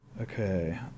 Okay